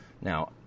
Now